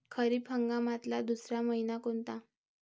खरीप हंगामातला दुसरा मइना कोनता?